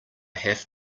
have